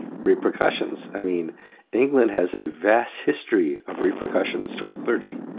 repercussions i mean england has a vast history of repercussions towards clergy,